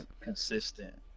consistent